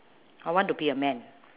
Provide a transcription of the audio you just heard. I want to be a man